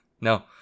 no